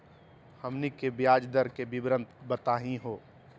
हमनी के ब्याज दर के विवरण बताही हो?